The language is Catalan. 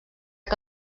que